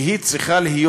שצריכה להיות